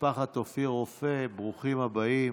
משפחת אופיר רופא, ברוכים הבאים.